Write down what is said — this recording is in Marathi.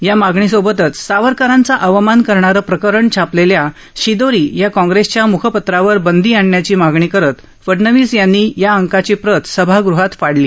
या मागणी सोबतच सावरकरांचा अवमान करणारं प्रकरण छापलेल्या शिदोरी या काँग्रेसच्या मुखपत्रावर बंदी आणण्याची मागणी करत फडनवीस यांनी या अंकाची प्रतही सभागृहात फाडली